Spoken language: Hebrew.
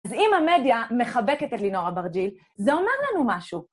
אז אם המדיה מחבקת את לינור אברג'יל, זה אומר לנו משהו.